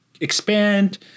expand